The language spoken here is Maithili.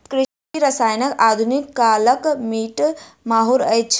कृषि रसायन आधुनिक कालक मीठ माहुर अछि